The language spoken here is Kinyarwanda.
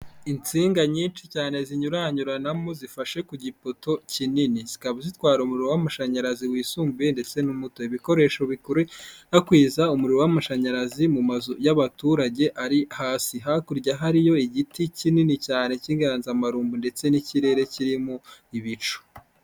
Insinga nyinshi cyane zinyuranyuranamo zifashe ku gipoto kinini, zikaba zitwara umuriro w'amashanyarazi wisumbuye ndetse n'umuto, ibikoresho bikwirakwiza umuriro w'amashanyarazi mu mazu y'abaturage ari hasi, hakurya hariyo igiti kinini cyane k'inganzamarumbo, ndetse n'ikirere kirimo ibicu.